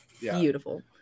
beautiful